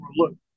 overlook